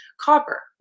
copper